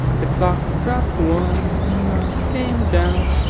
the clock struck one, and the mouse came down.